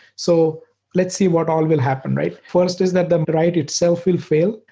so let's see what all will happen, right? first is that the write itself will fail.